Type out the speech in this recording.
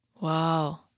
wow